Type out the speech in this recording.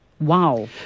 wow